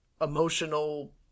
emotional